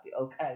okay